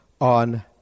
on